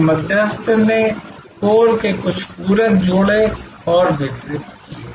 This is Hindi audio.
इसलिए मध्यस्थ ने कोर के कुछ पूरक जोड़े और वितरित किए